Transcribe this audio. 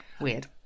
weird